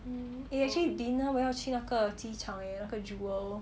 mmhmm eh actually dinner 我要去那个机场 eh 那个 jewel